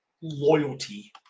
loyalty